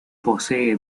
posee